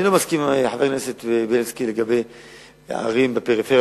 אני לא מסכים עם חבר הכנסת בילסקי לגבי הערים בפריפריה,